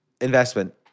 investment